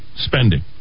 spending